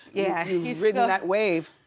yeah you've ridden that wave.